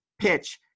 pitch